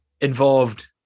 involved